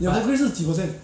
你的 brokerage 是几 percent